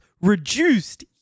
reduced